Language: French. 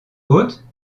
faute